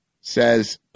says